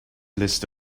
list